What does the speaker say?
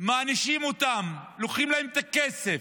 מענישים אותם, לוקחים להם את הכסף,